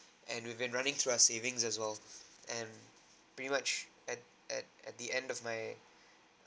and we've been running through our savings as well and pretty much at at at the end of my